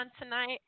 tonight